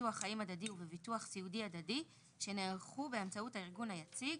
בביטוח חיים הדדי ובביטוח סיעודי הדדי שנערכו באמצעות הארגון היציג,